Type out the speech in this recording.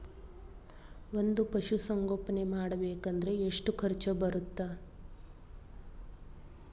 ಒಂದ್ ಪಶುಸಂಗೋಪನೆ ಮಾಡ್ಬೇಕ್ ಅಂದ್ರ ಎಷ್ಟ ಖರ್ಚ್ ಬರತ್ತ?